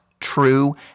true